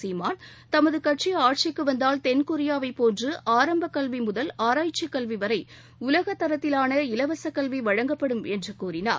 சீமான் தமது கட்சி ஆட்சிக்கு வந்தால் தென் கொரியாவைப் போன்று ஆரம்பக் கல்வி முதல் ஆராய்ச்சிக் கல்வி வரை உலகத்தாத்திலான இலவச கல்வி வழங்கப்படும் என்றார்